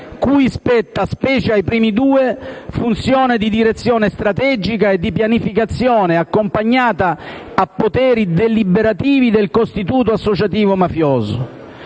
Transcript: cui spetta (specie ai primi due) funzione di direzione strategica e di pianificazione accompagnata a poteri deliberativi del costituto associativo mafioso.